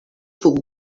puc